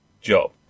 job